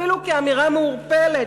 אפילו כאמירה מעורפלת,